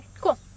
Cool